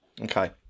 Okay